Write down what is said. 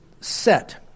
set